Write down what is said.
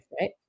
Right